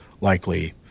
likely